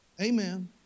Amen